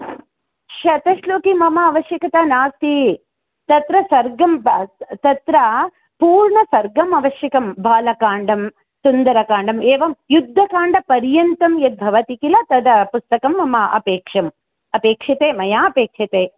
शतश्लोकी मम आवश्यकता नास्ति तत्र सर्गं तत्र पूर्णसर्गम् आवश्यकं बालकाण्डं सुन्दरकाण्डं एवं युद्धकाण्डपर्यन्तं यद्भवति किल तद् पुस्तकं मम अपेक्षं अपेक्ष्यते मया अपेक्ष्यते